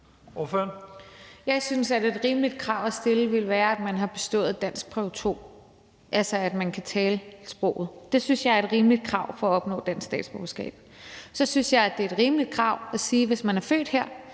Jeg synes, at et rimeligt krav at stille ville være, at man har bestået prøve i dansk 2, altså at man kan tale sproget. Det synes jeg er et rimeligt krav for at opnå dansk statsborgerskab. Så synes jeg, det er et rimeligt krav at sige, at hvis man er født her,